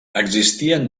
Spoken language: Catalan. existien